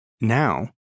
Now